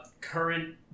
current